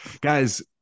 Guys